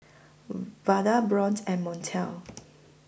Vada Bryon and Montel